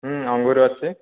ହୁଁ ଅଙ୍ଗୁର ଅଛି